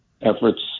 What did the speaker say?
efforts